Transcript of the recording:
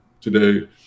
today